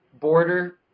border